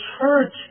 church